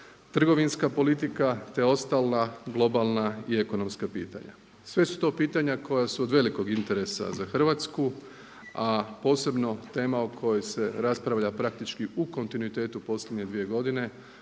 trgovinska politika te ostala globalna i ekonomska pitanja. Sve su to pitanja koja su od velikog interesa za Hrvatsku a posebno tema o kojoj se raspravlja praktički u kontinuitetu posljednje 2 godine